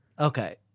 okay